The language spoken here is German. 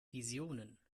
visionen